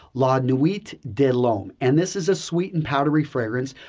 la nuit de l'homme and this is a sweet and powdery fragrance.